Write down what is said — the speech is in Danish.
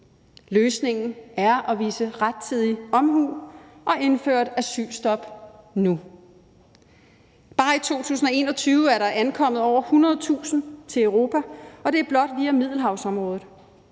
Løsningen er at vise rettidig omhu og indføre et asylstop nu. Bare i 2021 er der ankommet over 100.000 til Europa, og det er blot via Middelhavsområdet.